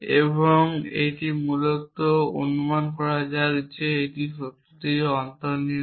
এবং তাই এটি মূলত অনুমান করা যাক এটি সত্য থেকে অন্তর্নিহিত